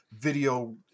video